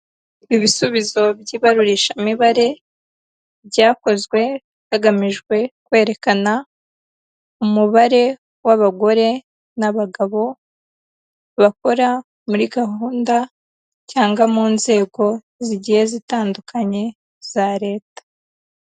Ibisubizo by'ibarurishamibare byakozwe hagamijwe kwerekana umubare w'abagore n'abagabo bakora muri gahunda cyangwa mu nzego zigiye zitandukanye za leta.